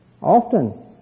Often